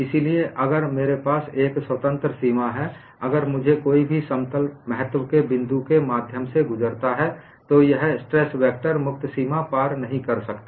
इसलिए अगर मेरे पास एक स्वतंत्र सीमा है अगर मुझे कोई भी समतल महत्तव के बिन्दू के माध्यम से गुजरता है तो यह स्ट्रेस वेक्टर मुक्त सीमा पार नहीं कर सकता